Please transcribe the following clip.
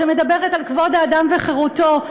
שמדברת על כבוד האדם וחירותו.